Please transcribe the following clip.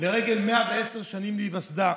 לרגל 110 שנים להיווסדה,